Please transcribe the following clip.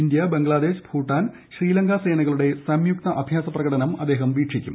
India Bangladesh Bhutan Sri Lanka സേനകളുടെ സംയുക്ത അഭ്യാസ പ്രകടനം അദ്ദേഹം വീക്ഷിക്കും